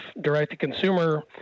direct-to-consumer